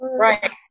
right